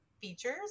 features